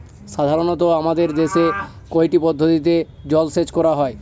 সাধারনত আমাদের দেশে কয়টি পদ্ধতিতে জলসেচ করা হয়?